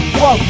whoa